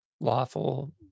lawful